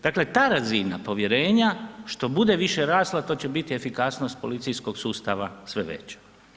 Dakle ta razina povjerenja što bude više rasla to će biti efikasnost policijskog sustava sve veća.